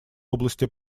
области